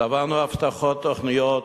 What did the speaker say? שבענו הבטחות ותוכניות,